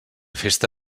festa